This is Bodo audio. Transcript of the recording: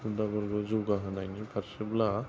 हुदाफोरखौ जौगाहोनायनि फारसेब्ला